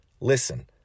Listen